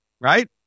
right